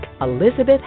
Elizabeth